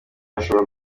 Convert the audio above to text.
ashobora